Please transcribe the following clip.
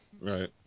Right